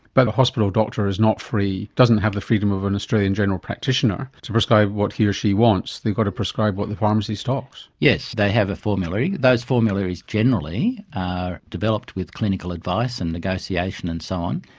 but a hospital doctor is not free, doesn't have the freedom of an australian general practitioner to prescribe what he or she wants, they've got to prescribe what the pharmacy stocks. yes, they have a formulary. those formularies generally are developed with clinical advice and negotiation and so on,